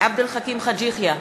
עבד אל חכים חאג' יחיא,